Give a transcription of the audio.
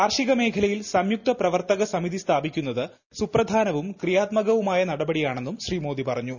കാർഷികമേഖലയിൽ സംയുക്ത പ്രവർത്തക സമിതി സ്ഥാപിക്കുന്നത് സുപ്രധാനവും ക്രിയാത്മകവുമായ നടപടിയാണെന്നും ശ്രീ മോദി പറഞ്ഞു